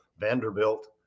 Vanderbilt